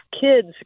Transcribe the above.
kids